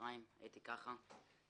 הצהרים הייתי כבר רדום.